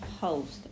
host